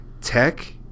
tech